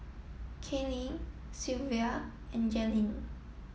Kaylin Shelvia and Jalynn